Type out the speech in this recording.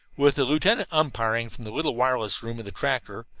with the lieutenant umpiring from the little wireless room of the tractor,